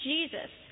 Jesus